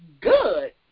good